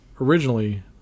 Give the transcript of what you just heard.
originally